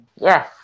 Yes